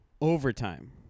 overtime